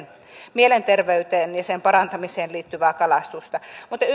mielenterveyteen ja sen parantamiseen liittyvää kalastusta